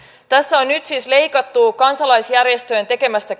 tässä on nyt siis leikattu kansalaisjärjestöjen tekemästä